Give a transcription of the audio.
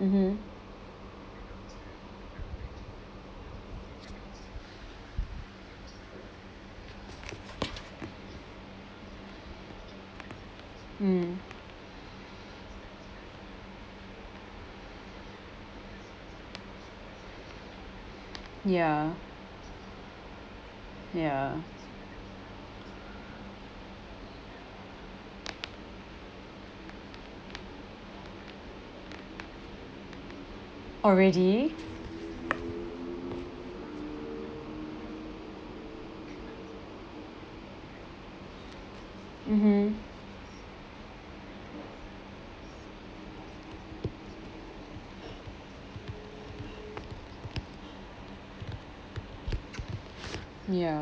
mmhmm hmm ya ya already mmhmm ya